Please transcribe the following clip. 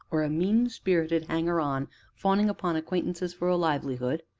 or a mean-spirited hanger-on fawning upon acquaintances for a livelihood,